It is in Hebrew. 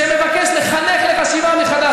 שמבקש לחנך לחשיבה מחדש,